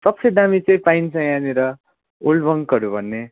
सबसे दामी चाहिँ पाइन्छ यहाँनिर ओल्ड मङ्कहरू भन्ने